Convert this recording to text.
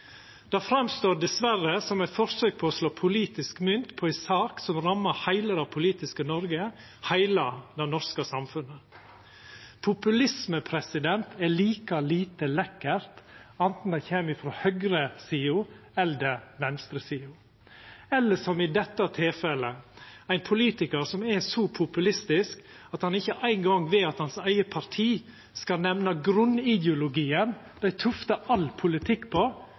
Det framstår diverre som eit forsøk på å slå politisk mynt på ei sak som rammar heile det politiske Noreg, heile det norske samfunnet. Populisme er like lite lekkert anten det kjem frå høgresida eller venstresida, eller – som i dette tilfellet – frå ein politikar som er så populistisk at han ikkje ein gong vil at hans eige parti skal nemna grunnideologien dei tuftar all politikk på